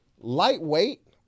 lightweight